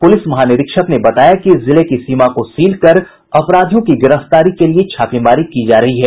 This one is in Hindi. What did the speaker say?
पुलिस महानिरीक्षक ने बताया कि जिले की सीमा को सील कर अपराधियों की गिरफ्तारी के लिये छापेमारी की जा रही है